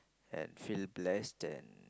and feel blessed and